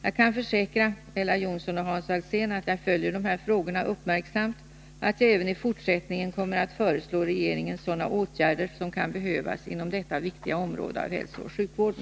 Jag kan försäkra Ella Johnsson och Hans Alsén att jag följer dessa frågor uppmärksamt och att jag även i fortsättningen kommer att föreslå regeringen sådana åtgärder som kan behövas inom detta viktiga område av hälsooch sjukvården.